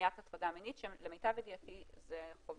למניעת הטרדה מינית שלמיטב ידיעתי זה חובה.